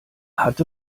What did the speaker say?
hatte